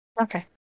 Okay